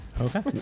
Okay